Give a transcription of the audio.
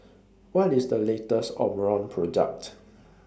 What IS The latest Omron Product